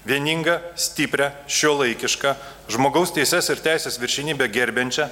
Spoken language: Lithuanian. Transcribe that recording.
vieningą stiprią šiuolaikišką žmogaus teises ir teisės viršenybę gerbiančią